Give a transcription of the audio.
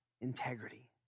integrity